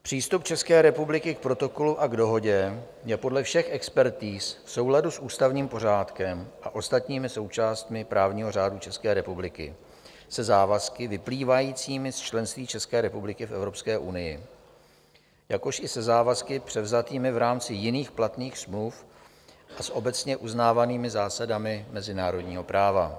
Přístup České republiky k Protokolu a Dohodě je podle všech expertiz v souladu s ústavním pořádkem a ostatními součástmi právního řádu České republiky, se závazky vyplývajícími z členství České republiky v Evropské unii, jakož i se závazky převzatými v rámci jiných platných smluv s obecně uznávanými zásadami mezinárodního práva.